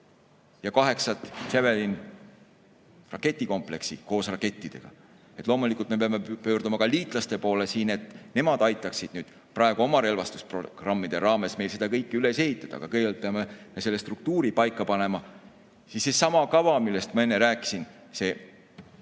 ja kaheksat Javelini raketikompleksi koos rakettidega. Loomulikult me peame pöörduma ka liitlaste poole, et nemad aitaksid praegu oma relvastusprogrammide raames meil seda kõike üles ehitada. Aga kõigepealt peame selle struktuuri paika panema. Seesama kava, millest ma enne rääkisin,